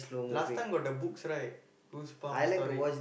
last time got the books right goosebump story